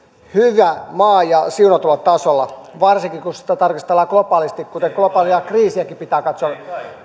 hyvä maa ja siunatulla tasolla varsinkin kun sitä tarkastellaan globaalisti kuten globaalia kriisiäkin pitää katsoa